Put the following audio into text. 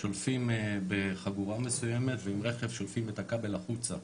שולפים בחגורה מסויימת ועם רכב שולפים את הכבל החוצה,